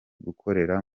gukorera